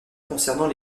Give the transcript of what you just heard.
concernent